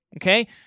okay